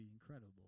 incredible